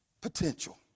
potential